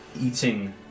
eating